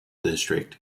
district